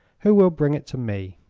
who will bring it to me.